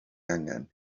angen